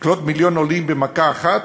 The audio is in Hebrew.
לקלוט מיליון עולים במכה אחת?